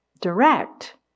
direct